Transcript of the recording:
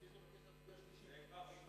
רציתי לבקש, שלישית.